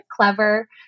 clever